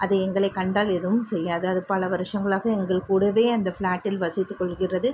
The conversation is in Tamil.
அது எங்களை கண்டால் எதுவும் செய்யாது அது பல வருஷங்களாக எங்கள் கூடவே அந்த ஃப்ளாட்டில் வசித்துக் கொள்கிறது